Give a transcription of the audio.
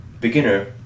beginner